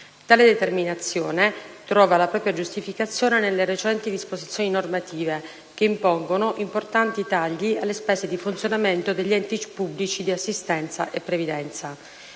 Tale determinazione trova la propria giustificazione nelle recenti disposizioni normative che impongono importanti tagli alle spese di funzionamento degli enti pubblici di assistenza e previdenza.